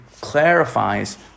clarifies